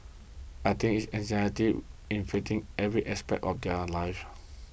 I think it's anxiety infecting every aspect of their lives